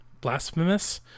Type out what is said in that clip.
blasphemous